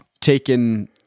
taken